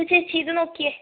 ചേച്ചി ഇത് നോക്കിയേ